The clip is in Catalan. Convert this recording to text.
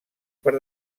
per